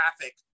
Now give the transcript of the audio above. traffic